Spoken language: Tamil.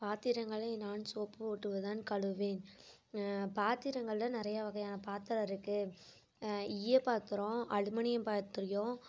பாத்திரங்களை நான் சோப்பு போட்டுவது தான் கழுவுவேன் பாத்திரங்களில் நிறையா வகையான பாத்திரம் இருக்குது ஈயப் பாத்திரம் அலுமினியம் பாத்திரியம்